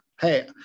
Hey